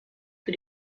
für